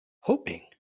hoping